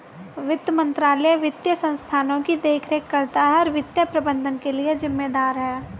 वित्त मंत्रालय वित्तीय संस्थानों की देखरेख करता है और वित्तीय प्रबंधन के लिए जिम्मेदार है